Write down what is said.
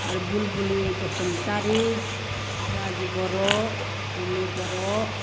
आरो बुलबुलि बसुमतारि राजिब बर' भुमि बर'